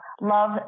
Love